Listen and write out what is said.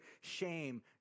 shame